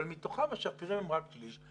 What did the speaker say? מתוכם השפירים הם רק שליש,